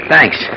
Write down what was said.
Thanks